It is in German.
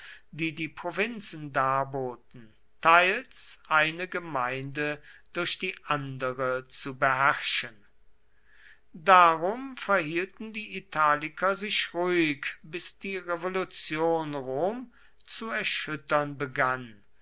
die die provinzen darboten teils eine gemeinde durch die andere zu beherrschen darum verhielten die italiker sich ruhig bis die revolution rom zu erschüttern begann